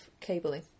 cabling